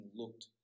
looked